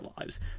lives